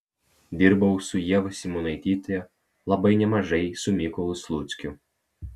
dirbau su ieva simonaityte labai nemažai su mykolu sluckiu